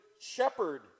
shepherd